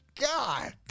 God